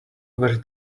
very